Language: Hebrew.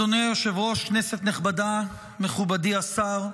אדוני היושב-ראש, כנסת נכבדה, מכובדי השר,